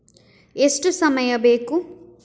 ಎಷ್ಟು ಸಮಯ ಬೇಕು?